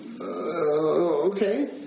okay